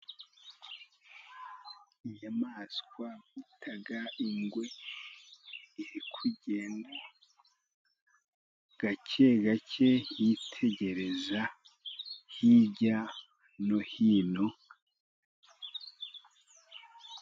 Inyamaswa bita ingwe, iri kugenda gake gake yitegereza hirya no hino.